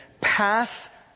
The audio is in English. pass